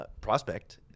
prospect